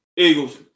Eagles